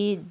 ഈ